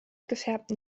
gefärbten